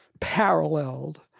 paralleled